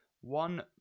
one